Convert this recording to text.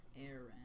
Aaron